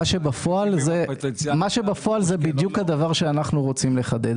מה שבפועל זה בדיוק הדבר שאנחנו רוצים לחדד.